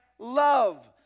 Love